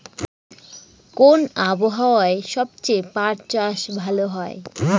কোন আবহাওয়ায় সবচেয়ে পাট চাষ ভালো হয়?